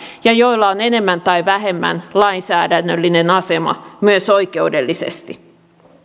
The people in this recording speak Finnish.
ja joilla on enemmän tai vähemmän lainsäädännöllinen asema myös oikeudellisesti